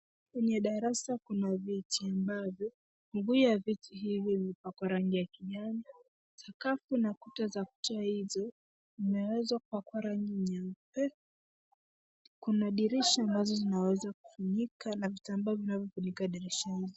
Kwenye darasa kuna viti ambavyo mguu ya viti hivi imepakwa rangi ya kijani. Sakafu na kuta za kuta hizo imeweza kupakwa rangi nyeupe. Kuna dirisha ambazo zinaweza kufunika na vitambaa vinavyofunika dirisha hizo.